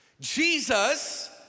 Jesus